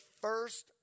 first